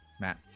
Matt